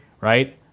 Right